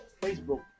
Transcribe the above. Facebook